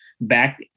back